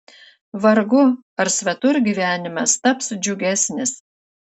vargu ar svetur gyvenimas taps džiugesnis